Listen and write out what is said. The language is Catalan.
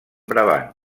brabant